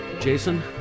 Jason